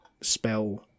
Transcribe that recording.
spell